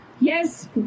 Yes